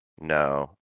No